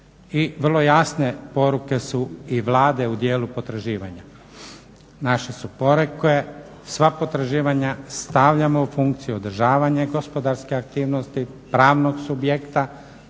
i vrlo jasne poruke su i Vlade u dijelu potraživanja. Naše su poruke sva potraživanja stavljamo u funkciju održavanja gospodarske aktivnosti, pravnog subjekta,